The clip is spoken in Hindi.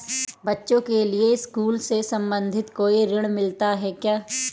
बच्चों के लिए स्कूल से संबंधित कोई ऋण मिलता है क्या?